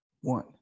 one